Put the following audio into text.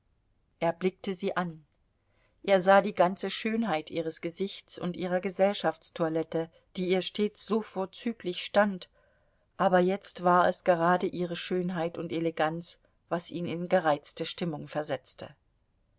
er blickte sie an er sah die ganze schönheit ihres gesichts und ihrer gesellschaftstoilette die ihr stets so vorzüglich stand aber jetzt war es gerade ihre schönheit und eleganz was ihn in gereizte stimmung versetzte